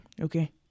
okay